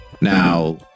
Now